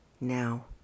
now